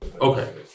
Okay